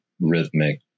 rhythmic